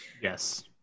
yes